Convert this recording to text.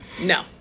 no